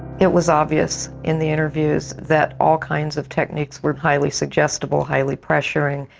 it was obvious in the interviews that all kinds of techniques were highly suggestible, highly pressuring,